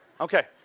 Okay